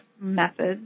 methods